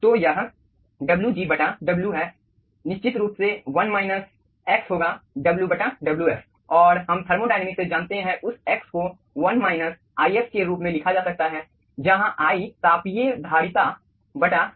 तो यह Wg W है निश्चित रूप से 1 माइनस x होगा W Wf और हम थर्मोडायनामिक्स से जानते हैं उस x को 1 माइनस if के रूप में लिखा जा सकता है जहाँ i तापीय धारिता ifg है